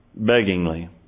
beggingly